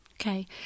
Okay